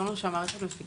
זה לא משהו שהמערכת מפיקה.